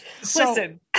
Listen